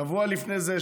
שבוע לפני זה,